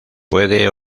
puede